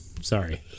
Sorry